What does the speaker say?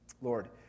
Lord